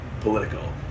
political